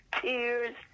Tears